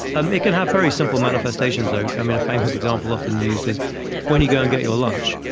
um it can have very simple manifestations though. a famous example often used is when you go and get your lunch,